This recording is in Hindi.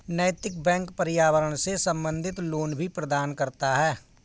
नैतिक बैंक पर्यावरण से संबंधित लोन भी प्रदान करता है